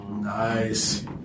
nice